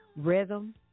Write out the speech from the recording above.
rhythm